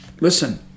listen